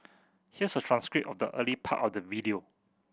here's a transcript of the early part of the video